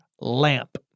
Lamp